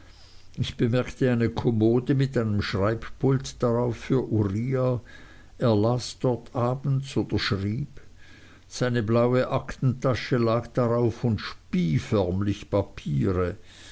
ich bemerkte eine kommode mit einem schreibpult darauf für uriah er las dort abends oder schrieb seine blaue aktentasche lag darauf und spie förmlich papiere